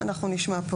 אנחנו נשמע פה,